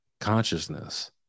consciousness